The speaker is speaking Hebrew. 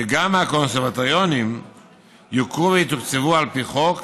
שגם הקונסרבטוריונים יוכרו ויתוקצבו על פי חוק.